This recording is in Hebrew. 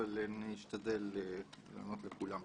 אבל אני אשתדל לענות לכולם.